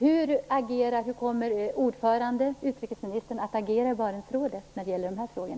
Hur kommer utrikesministern som är ordförande att agera i Barentsrådet när det gäller dessa frågor?